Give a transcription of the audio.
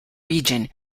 region